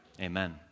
Amen